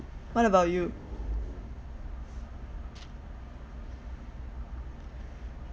what about you